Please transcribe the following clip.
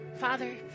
Father